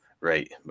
Right